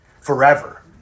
forever